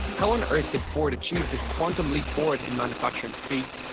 how on earth did ford achieve this quantum leap forward in manufacturing speedl?